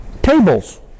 Tables